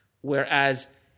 Whereas